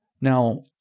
Now